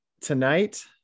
Tonight